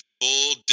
full